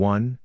One